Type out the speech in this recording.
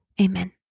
Amen